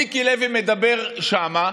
מיקי לוי מדבר שם,